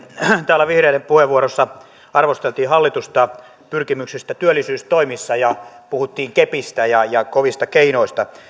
täällä vihreiden puheenvuorossa arvosteltiin hallitusta pyrkimyksistä työllisyystoimissa ja puhuttiin kepistä ja ja kovista keinoista